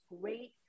great